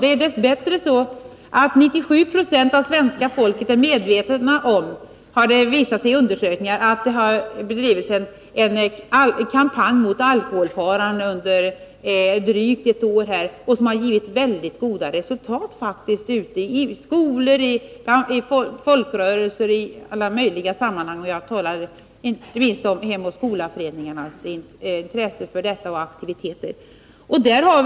Dess bättre är 97 20 av svenska folket medvetna om — det har visat sig i undersökningar — att det har bedrivits en kampanj om alkoholfaran under drygt ett år i skolor, i folkrörelser, i alla möjliga sammanhang; jag talar inte minst om Hem och skola-föreningarnas aktiva intresse. Den kampanjen har också givit väldigt goda resultat.